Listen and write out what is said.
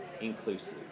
inclusive